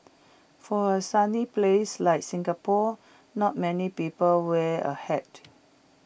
for A sunny place like Singapore not many people wear A hat